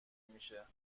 میشه